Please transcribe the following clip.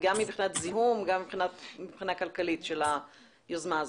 גם מבחינת זיהום וגם מבחינה כלכלית של היוזמה הזו.